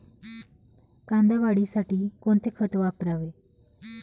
कांदा वाढीसाठी कोणते खत वापरावे?